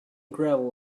gravel